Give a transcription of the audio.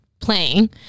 playing